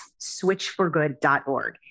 switchforgood.org